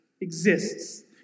exists